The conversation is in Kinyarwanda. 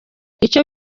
icyo